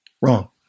Wrong